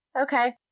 Okay